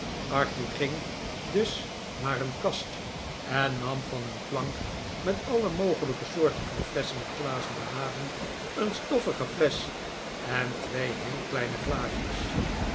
arthur ging dus naar een kast en nam van een plank met alle mogelijke soorten van flesschen en glazen beladen een stoffige flesch en twee heel kleine glaasjes